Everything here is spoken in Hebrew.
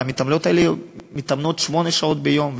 והמתעמלות האלה מתאמנות שמונה שעות ביום.